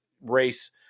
race